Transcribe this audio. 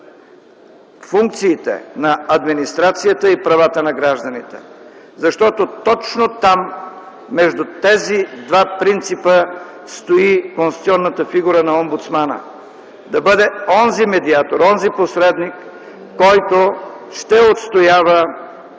функциите на администрацията и правата на гражданите, защото точно там, между тези два принципа стои конституционната фигура на омбудсмана – да бъде онзи медиатор, онзи посредник, който ще отстоява